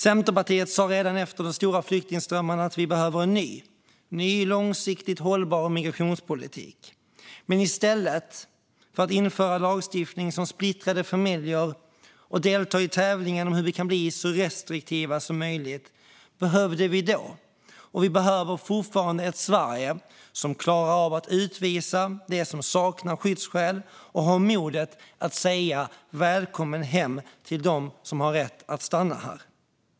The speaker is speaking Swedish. Centerpartiet sa redan efter de stora flyktingströmmarna: Vi behöver en ny, långsiktigt hållbar migrationspolitik. Men i stället för att införa lagstiftning som splittrar familjer och delta i tävlingen om hur vi kan bli så restriktiva som möjligt behöver vi - det behövde vi då, och det behöver vi fortfarande - ett Sverige som klarar av att utvisa dem som saknar skyddsskäl och som har modet att säga "Välkommen hem!" till dem som har rätt att stanna här.